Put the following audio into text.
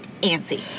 antsy